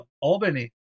Albany